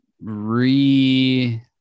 re